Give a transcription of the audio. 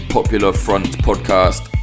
popularfrontpodcast